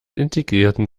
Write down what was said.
integrierten